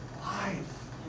life